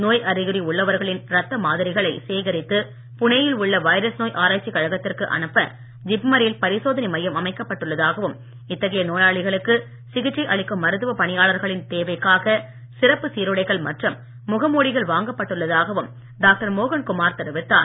நோய் அறிகுறி உள்ளவர்களின் ரத்த மாதிரிகளை சேகரித்து புனேயில் உள்ள வைரஸ் நோய் ஆராய்ச்சிக் கழகத்திற்கு அனுப்ப ஜிப்மரில் பரிசோதனை மையம் அமைக்கப் பட்டுள்ளதாகவும் இத்தகைய நோயாளிகளுக்கு சிகிச்சை அளிக்கும் மருத்துவ பணியாளர்களின் தேவைக்காக சிறப்பு சீருடைகள் மற்றும் முகமூடிகள் வாங்கப்பட்டுள்ளதாகவும் டாக்டர் மோகன் குமார் தெரிவித்தார்